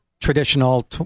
traditional